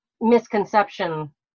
misconception